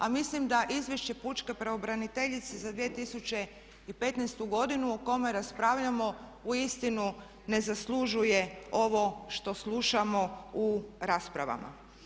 A mislim da izvješće pučke pravobraniteljice za 2015. godinu o kome raspravljamo uistinu ne zaslužuje ovo što slušamo u raspravama.